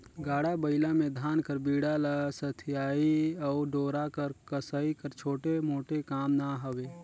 गाड़ा बइला मे धान कर बीड़ा ल सथियई अउ डोरा कर कसई हर छोटे मोटे काम ना हवे